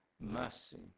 mercy